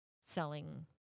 selling